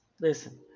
listen